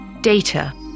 DATA